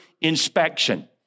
inspection